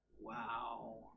Wow